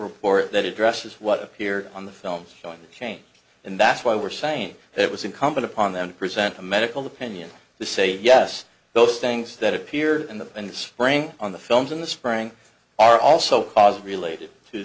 report that addresses what appear on the films showing the change and that's why we're saying it was incumbent upon them to present a medical opinion to say yes those things that appeared in the spring on the films in the spring are also was related to